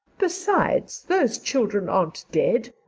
besides, those children aren't dead.